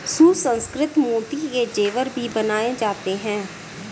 सुसंस्कृत मोती के जेवर भी बनाए जाते हैं